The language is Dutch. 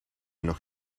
nog